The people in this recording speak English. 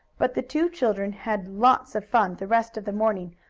but the two children had lots of fun the rest of the morning,